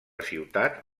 ciutat